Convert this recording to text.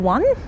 One